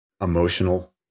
emotional